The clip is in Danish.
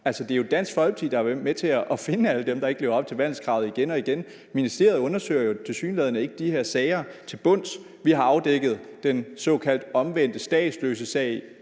Det er jo Dansk Folkeparti, der igen og igen har været med til at finde alle dem, der ikke lever op til vandelskravet. Ministeriet undersøger jo tilsyneladende ikke de her sager til bunds. Vi har også afdækket den såkaldt omvendte statsløsesag, i